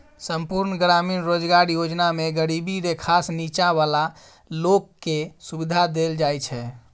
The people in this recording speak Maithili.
संपुर्ण ग्रामीण रोजगार योजना मे गरीबी रेखासँ नीच्चॉ बला लोक केँ सुबिधा देल जाइ छै